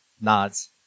nods